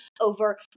over